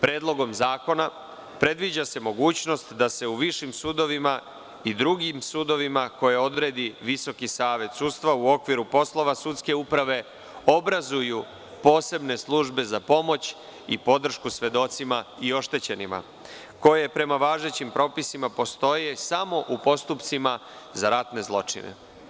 Predlogom zakona, predviđa se mogućnost da se u višim sudovima i drugim sudovima koje odredi VSS, u okviru poslova sudske uprave obrazuju posebne službe za pomoć i podršku svedocima i oštećenima, koje prema važećim propisima postoje samo u postupcima za ratne zločine.